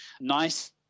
nice